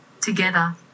Together